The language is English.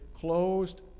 closed